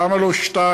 למה לא שניים?